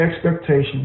expectations